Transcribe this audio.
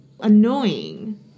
Annoying